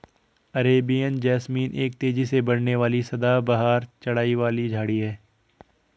Arabian jasmine एक तेजी से बढ़ने वाली सदाबहार चढ़ाई वाली झाड़ी है